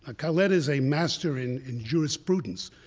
ah khaled is a master in in jurisprudence,